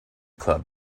club